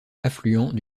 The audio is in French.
affluent